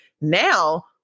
Now